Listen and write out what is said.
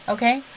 Okay